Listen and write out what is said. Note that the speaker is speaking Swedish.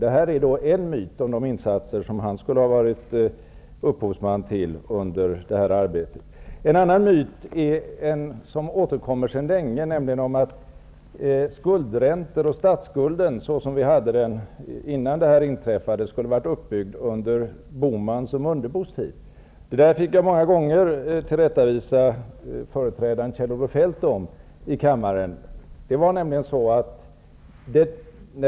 Det här är en myt om de insatser som han skulle ha varit upphovsman till. En annan myt som är ofta återkommande är att de skuldräntor och den statssskuld som fanns innan det här inträffade skulle ha byggts upp under Bohmans och Mundebos tid. Jag fick många gånger tillrättvisa Allan Larssons företrädare Kjell-Olof Feldt på den punkten i kammaren.